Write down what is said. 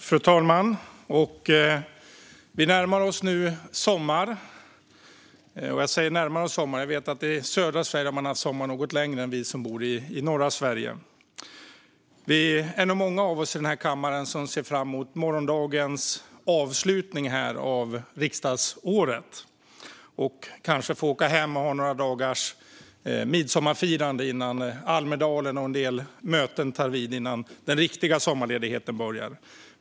Fru talman! Vi närmar oss sommaren. Jag säger "närmar oss" även om jag vet att man i södra Sverige har haft sommar något längre än vi som bor i norra Sverige. Det är nog många av oss i denna kammare som ser fram emot morgondagens avslutning av riksdagsåret. Man ser kanske fram emot att få åka hem och ha några dagars midsommarfirande innan Almedalen och en del möten tar vid i väntan på att den riktiga sommarledigheten ska börja.